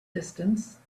distance